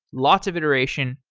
lots of iteration,